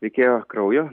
reikėjo kraujo